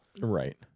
Right